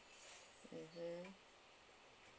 mmhmm